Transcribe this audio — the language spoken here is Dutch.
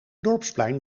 dorpsplein